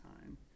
time